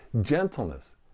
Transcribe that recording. gentleness